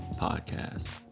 podcast